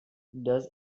does